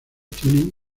tienen